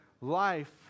life